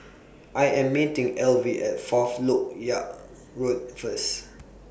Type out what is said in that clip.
I Am meeting Elvie At Fourth Lok Ya Road First